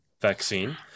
vaccine